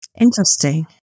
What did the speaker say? Interesting